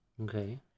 Okay